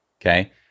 okay